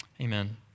Amen